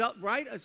right